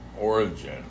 origin